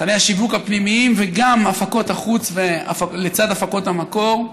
תוכני השיווק הפנימיים וגם הפקות החוץ לצד הפקות המקור,